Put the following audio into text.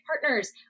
partners